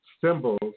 symbols